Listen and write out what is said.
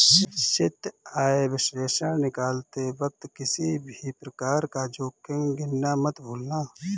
निश्चित आय विश्लेषण निकालते वक्त किसी भी प्रकार का जोखिम गिनना मत भूलना